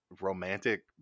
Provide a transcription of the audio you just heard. romantic